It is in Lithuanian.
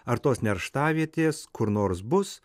ar tos nerštavietės kur nors bus